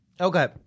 Okay